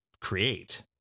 create